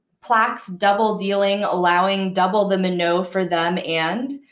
plaques double dealing allowing double the minnow for them and.